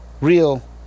real